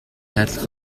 хайрлах